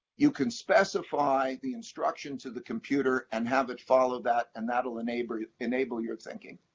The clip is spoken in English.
you can specify the instruction to the computer and have it follow that and that will enable enable your thinking.